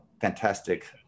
fantastic